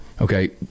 Okay